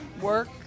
work